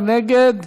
מי נגד?